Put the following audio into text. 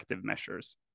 measures